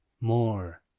more